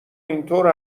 اینطور